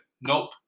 nope